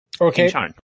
Okay